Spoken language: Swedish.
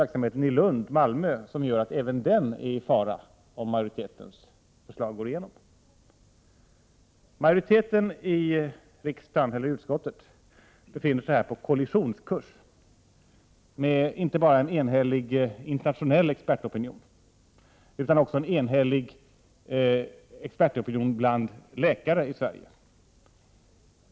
1988/89:105 verksamheten i Lund och Malmö som innebär att även den är i fara om Utskottsmajoriteten befinner sig på kollisionskurs inte bara med en enhällig internationell expertopinion utan också med en enhällig expertopinion bland läkare i Sverige.